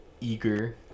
eager